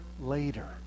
later